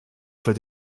für